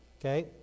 Okay